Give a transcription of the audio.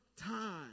time